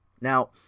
now